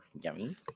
Yummy